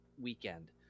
weekend